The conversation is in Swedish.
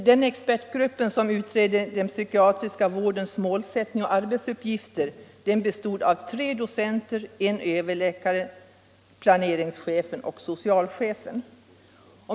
Den expertgrupp som utredde den psykiatriska vårdens målsättning och arbetsuppgifter bestod av tre docenter, en överläkare, en planeringschef och en socialchef.